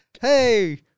hey